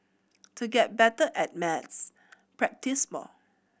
to get better at maths practise more